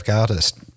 Artist